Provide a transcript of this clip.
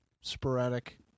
sporadic